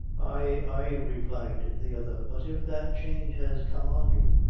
ay, ay, replied the other but if that change has come on you,